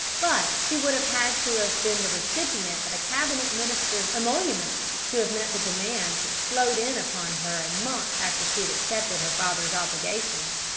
but she would have had to have been the recipient of a cabinet minister's emoluments to have met the demands which flowed in upon her a month after she had accepted her father's obligations.